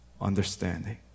understanding